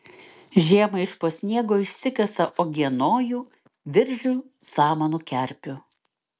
žiemą iš po sniego išsikasa uogienojų viržių samanų kerpių